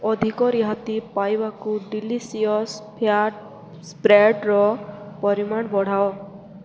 ଅଧିକ ରିହାତି ପାଇବାକୁ ଡ଼ିଲିସିୟସ୍ ଫ୍ୟାଟ୍ ସ୍ପ୍ରେଡ଼୍ର ପରିମାଣ ବଢ଼ାଅ